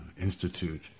institute